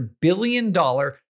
billion-dollar